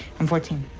i'm fourteen.